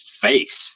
face